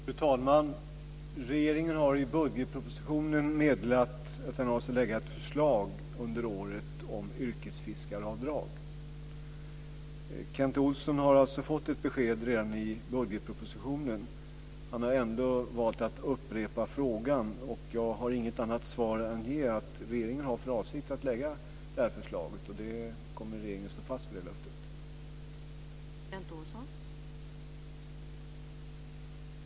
Fru talman! Regeringen har i budgetpropositionen meddelat att den avser lägga fram ett förslag under året om yrkesfiskaravdrag. Kent Olsson har alltså fått ett besked redan i budgetpropositionen. Han har ändå valt att upprepa frågan. Jag har inget annat svar att ge än att regeringen har för avsikt att lägga fram förslaget. Regeringen kommer att stå fast vid det löftet.